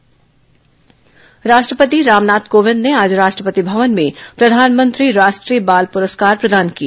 राष्ट्रीय बाल पुरस्कार राष्ट्रपति रामनाथ कोविंद ने आज राष्ट्रपति भवन में प्रधानमंत्री राष्ट्रीय बाल पुरस्कार प्रदान किए